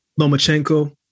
Lomachenko